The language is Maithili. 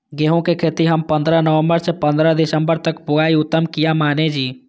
गेहूं के खेती हम पंद्रह नवम्बर से पंद्रह दिसम्बर तक बुआई उत्तम किया माने जी?